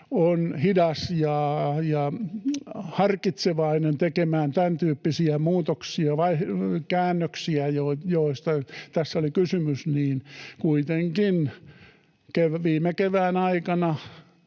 on hidas ja harkitsevainen tekemään tämäntyyppisiä muutoksia, käännöksiä, joista tässä oli kysymys, niin kuitenkin viime kevään aikana